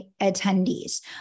attendees